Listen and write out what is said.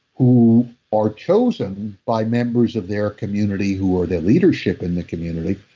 who are chosen by members of their community who are their leadership in the community,